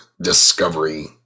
discovery